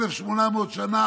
1,800 שנה,